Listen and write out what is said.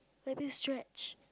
lightly stretch